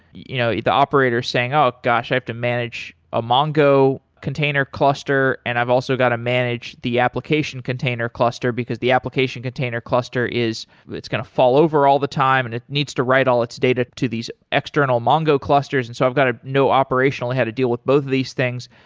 you know the operator is saying, oh gosh! i have to manage a mongo container cluster and i've also got to manage the application container cluster, because the application container cluster is it's going to fall over all the time and needs to write all its data to these external mongo clusters, and so i've got to know operational how to deal with both of these things,